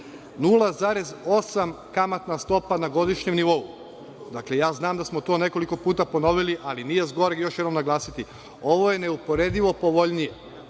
0,8 kamatna stopa na godišnjem nivou. Znam da smo to nekoliko puta ponovi, ali nije s goreg još jednom naglasiti. Ovo je neuporedivo povoljnije